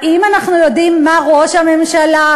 האם אנחנו יודעים מה ראש הממשלה,